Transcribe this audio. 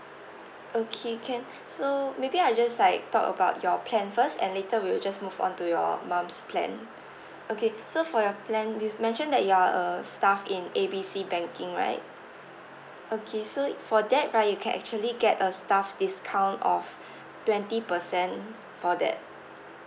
okay can so maybe I just like talk about your plan first and later we'll just move on to your mum's plan okay so for your plan you've mentioned that you are a staff in A B C banking right okay so for that right you can actually get a staff discount of twenty percent for that